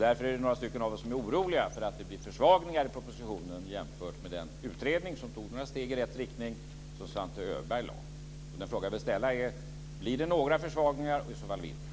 Därför är det några av oss som är oroliga för att blir försvagningar i propositionen jämfört med den utredning som tog några steg i rätt riktning som Svante Öberg lade fram. Den fråga jag vill ställa är: Blir det några försvagningar och i så fall vilka?